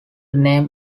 name